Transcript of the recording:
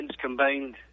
combined